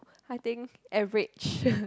I think average